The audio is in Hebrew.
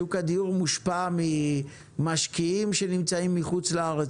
שוק הדיור מושפע ממשקיעים שנמצאים מחוץ-לארץ.